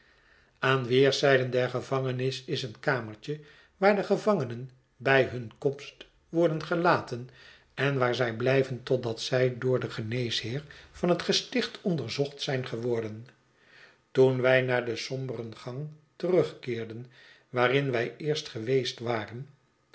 aan weerszijden der gevangenis is een kamertje waar de gevangenen bij hun komst worden gelaten en waar zij blijven totdat zij door den geneesheer van het gesticht onderzocht zijn geworden x toen wij naar den somberen gang terugkeerden waarin wij eerst geweest waren